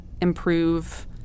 improve